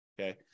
okay